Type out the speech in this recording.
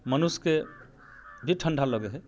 मनुष्यके भी ठंडा लगै है